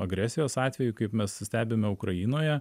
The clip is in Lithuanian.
agresijos atveju kaip mes stebime ukrainoje